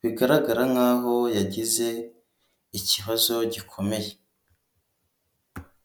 bigaragara nkaho yagize ikibazo gikomeye.